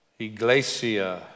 iglesia